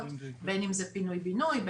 בין אם זה פינוי-בינוי,